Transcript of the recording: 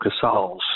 Casals